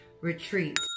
retreat